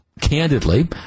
candidly